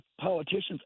politicians